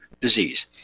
disease